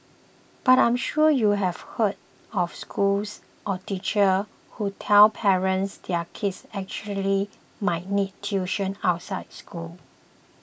but I'm sure you have heard of schools or teachers who tell parents their kids actually might need tuition outside school